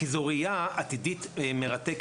כי זו ראייה עתידים מרתקת,